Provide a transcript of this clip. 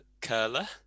curler